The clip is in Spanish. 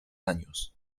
años